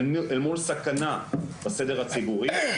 אל מול סכנה לסדר הציבורי,